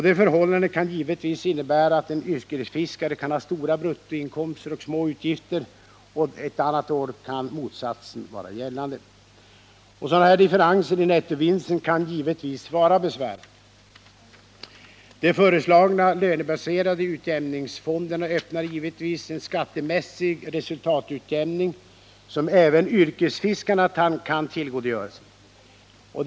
Det förhållandet kan givetvis innebära att en yrkesfiskare ett år kan ha stora bruttoinkomster och små utgifter, medan ett annat år motsatsen kan vara gällande. Sådana differenser i nettovinsten kan givetvis vara besvärande. De föreslagna lönebaserade utjämningsfonderna öppnar givetvis en skattemässig resultatutjämning som även yrkesfiskarna kan tillgodogöra sig.